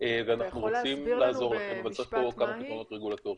ואנחנו רוצים לעזור לכם אבל צריך פה כמה פתרונות רגולטוריים.